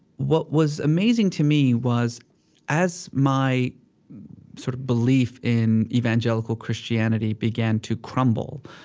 what was amazing to me was as my sort of belief in evangelical christianity began to crumble,